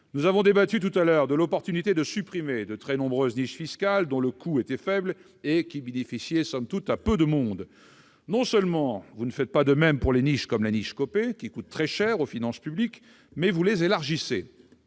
Nous avons précédemment débattu de l'opportunité de supprimer de très nombreuses niches fiscales dont le coût était faible et qui bénéficiaient somme toute à peu de monde. Non seulement vous ne faites pas de même pour les niches comme la « niche Copé » qui coûte très cher aux finances publiques, mais vous les élargissez.